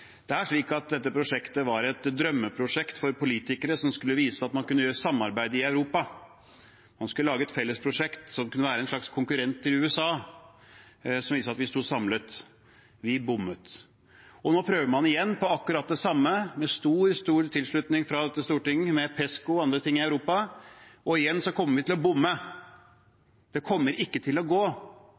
Dette prosjektet var et drømmeprosjekt for politikere som skulle vise at man kunne samarbeide i Europa. Man skulle lage et felles prosjekt som kunne være en slags konkurrent til USA, som viste at vi sto samlet. – Vi bommet. Nå prøver man igjen på akkurat det samme med stor, stor tilslutning fra dette storting, med PESCO og andre i Europa, og igjen kommer vi til å bomme. Det kommer ikke til å gå,